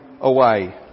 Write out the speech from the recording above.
away